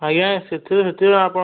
ଆଜ୍ଞା ସେଥିରେ ସେଥିରେ ଆପଣ